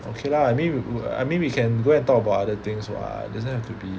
okay lah I mean I mean we can go and talk about other things [what] doesn't have to be